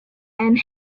and